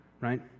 right